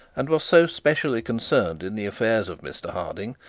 and was so specially concerned in the affairs of mr harding,